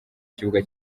kibuga